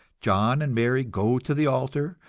john and mary go to the altar,